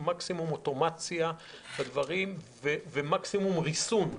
מקסימום אוטומציה ומקסימום ריסון.